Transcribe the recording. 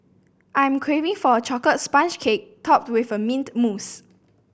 I'm craving for a chocolate sponge cake topped with a mint mousse